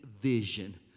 vision